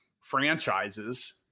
franchises